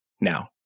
now